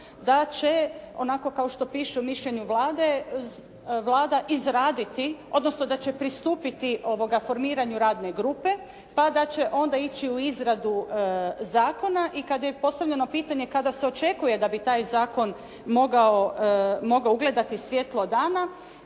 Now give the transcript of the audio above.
da će onako kao što piše u mišljenju Vlade Vlada izraditi odnosno da će pristupiti formiranju radne grupe pa da će onda ići u izradu zakona i kad je postavljeno pitanje kada se očekuje da bi taj zakon mogao ugledati svjetlo dana